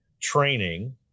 training